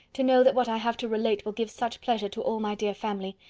to know that what i have to relate will give such pleasure to all my dear family!